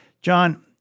John